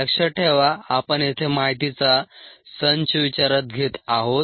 लक्षात ठेवा आपण येथे माहितीचा संच विचारात घेत आहोत